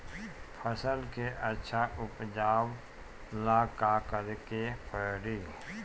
फसल के अच्छा उपजाव ला का करे के परी?